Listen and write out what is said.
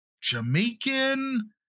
Jamaican